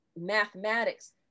mathematics